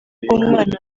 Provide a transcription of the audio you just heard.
bw’umwana